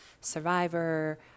Survivor